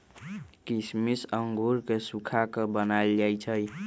किशमिश अंगूर के सुखा कऽ बनाएल जाइ छइ